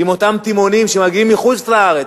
עם אותם תימהונים שמגיעים מחוץ-לארץ,